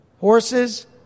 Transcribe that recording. Horses